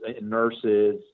nurses